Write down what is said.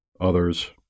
others